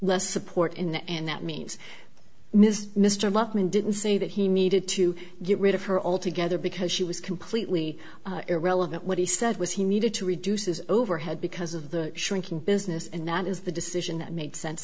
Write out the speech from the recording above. less support in the end that means mr mr lukman didn't say that he needed to get rid of her altogether because she was completely irrelevant what he said was he needed to reduce his overhead because of the shrinking business and that is the decision that made sense